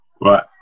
Right